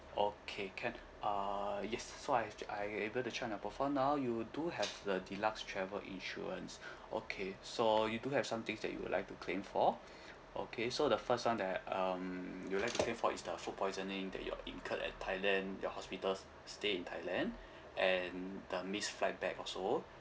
okay can uh yes so I've ju~ I able to check on your profile now you do have the deluxe travel insurance okay so you do have some things that you would like to claim for okay so the first one that um you would like to claim for is the food poisoning that you have incurred at thailand your hospital stay in thailand and the missed flight back also